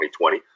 2020